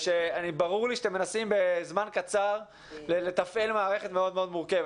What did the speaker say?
ברור לי שאתם מנסים בזמן קצר לתפעל מערכת מאוד מאוד מורכבת.